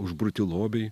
užburti lobiai